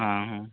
ହଁ ହଁ